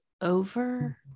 over